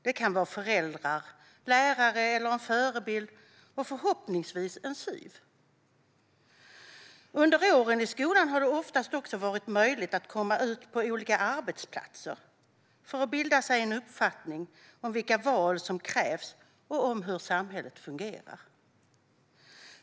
Det kan vara föräldrar, lärare, en förebild och förhoppningsvis en SYV. Under åren i skolan har det oftast också varit möjligt att komma ut på olika arbetsplatser för att bilda sig en uppfattning om vilka val som krävs och om hur samhället fungerar.